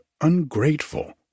ungrateful